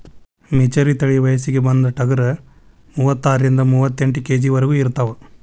ಮೆಚರಿ ತಳಿ ವಯಸ್ಸಿಗೆ ಬಂದ ಟಗರ ಮೂವತ್ತಾರರಿಂದ ಮೂವತ್ತೆಂಟ ಕೆ.ಜಿ ವರೆಗು ಇರತಾವ